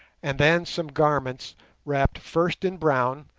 and then some garments wrapped first in brown,